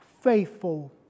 faithful